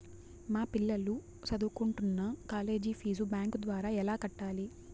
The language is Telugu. మా పిల్లలు సదువుకుంటున్న కాలేజీ ఫీజు బ్యాంకు ద్వారా ఎలా కట్టాలి?